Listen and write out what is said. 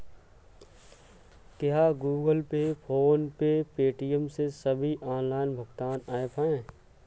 क्या Google Pay PhonePe Paytm ये सभी ऑनलाइन भुगतान ऐप हैं?